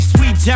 Sweet